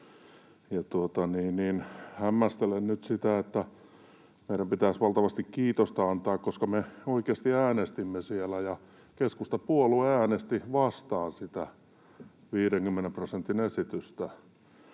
Hämmästelen nyt sitä, että meidän pitäisi valtavasti kiitosta antaa — koska me oikeasti äänestimme siellä ja keskustapuolue äänesti vastaan sitä 50 prosentin esitystä.